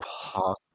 possible